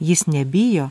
jis nebijo